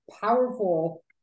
powerful